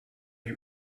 you